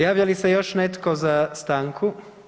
Javlja li se još netko za stanku?